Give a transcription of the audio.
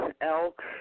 elk